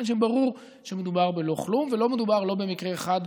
מה שברור, שמדובר בלא-כלום, ולא מדובר במקרה אחד,